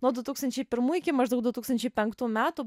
nuo du tūkstančiai pirmųjų iki maždaug du tūkstančiai penktų metų